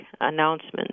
announcement